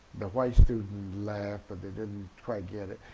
the white students laughed but they didn't quite get it,